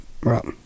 Right